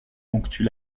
ponctuent